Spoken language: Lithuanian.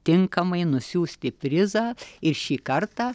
tinkamai nusiųsti prizą ir šį kartą